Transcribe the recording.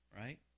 right